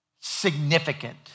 significant